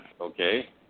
okay